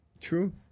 True